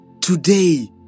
Today